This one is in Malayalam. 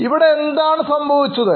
ഇവിടെ എന്താണ് സംഭവിച്ചത്